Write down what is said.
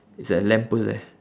it's a lamp post there